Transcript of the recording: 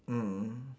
mm